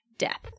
death